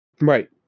Right